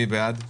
מי בעד?